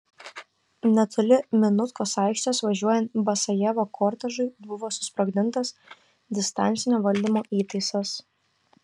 netoli minutkos aikštės važiuojant basajevo kortežui buvo susprogdintas distancinio valdymo įtaisas